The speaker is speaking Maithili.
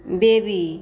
बेबी